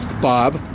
Bob